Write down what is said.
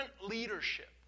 leadership